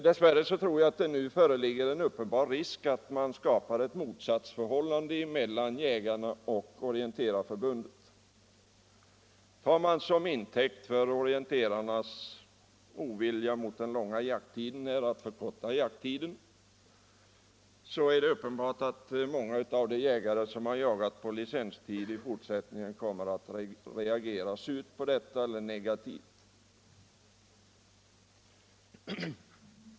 Dess värre tror jag att det nu föreligger en uppenbar risk för att ett motsatsförhållande mellan jägare och orienterare skapas. Tar man orienterarnas ovilja mot den långa jakttiden som intäkt för att förkorta denna tid, är det uppenbart att många av de jägare som har jagat på licenstid i fortsättningen kommer att reagera surt eller negativt.